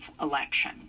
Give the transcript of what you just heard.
election